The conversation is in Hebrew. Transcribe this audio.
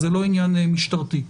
זה לא עניין משטרתי.